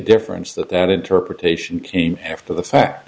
difference that that interpretation came after the